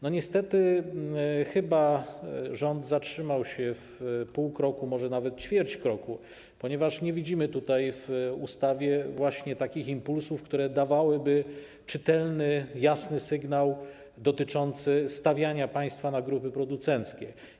Niestety chyba rząd zatrzymał się w pół kroku, może nawet w ćwierć kroku, ponieważ nie widzimy tutaj w ustawie właśnie takich impulsów, które dawałyby czytelny, jasny sygnał dotyczący stawiania państwa na grupy producenckie.